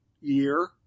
year